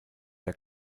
der